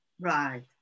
Right